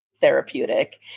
therapeutic